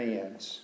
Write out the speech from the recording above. Hands